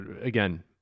again